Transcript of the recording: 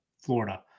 Florida